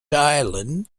island